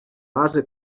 base